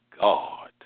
God